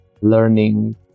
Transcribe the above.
learning